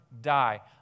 die